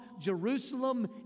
Jerusalem